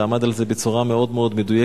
ועמד על זה בצורה מאוד מדויקת,